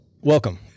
welcome